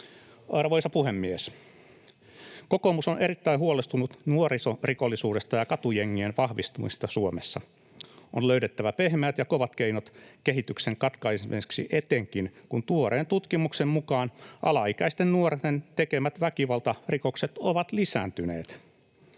Arvoisa puhemies! Kokoomus on erittäin huolestunut nuorisorikollisuudesta ja katujengien vahvistumisesta Suomessa. On löydettävä pehmeät ja kovat keinot kehityksen katkaisemiseksi etenkin, kun tuoreen tutkimuksen mukaan alaikäisten nuorten tekemät väkivaltarikokset ovat lisääntyneet.